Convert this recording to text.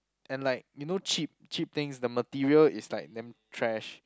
and like you know cheap cheap things the material is like damn thrash